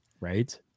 Right